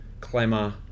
Clemmer